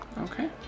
Okay